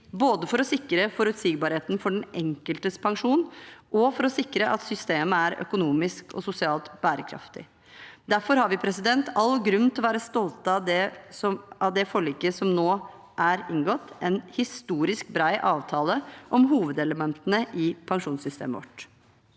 både for å sikre forutsigbarheten for den enkeltes pensjon og for å sikre at systemet er økonomisk og sosialt bærekraftig. Derfor har vi all grunn til å være stolte av det forliket som nå er inngått, en historisk bred avtale om hovedelementene i pensjonssystemet vårt.